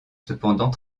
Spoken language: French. cependant